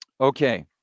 okay